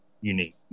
unique